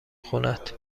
خونهت